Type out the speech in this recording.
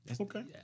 Okay